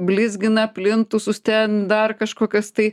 blizgina plintusus ten dar kažkokias tai